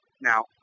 Now